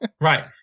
Right